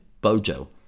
Bojo